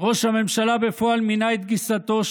ראש הממשלה בפועל מינה את גיסתו,